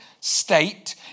state